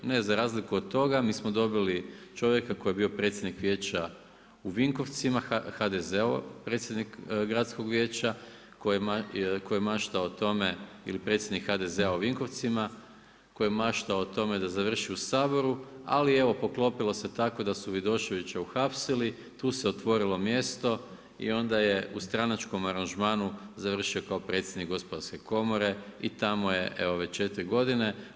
Ne, za razliku od toga mi smo dobili čovjeka koji je bio predsjednik vijeća u Vinkovcima, HDZ-ov predsjednik Gradskog vijeća koji mašta o tome, ili predsjednik HDZ-a u Vinkovcima koji mašta o tome da završi u Saboru ali evo poklopilo se tako da su Vidoševića uhapsili, tu se otvorilo mjesto i onda je u stranačkom aranžmanu završio kao predsjednik Gospodarske komore i tamo je evo već četiri godine.